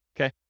Okay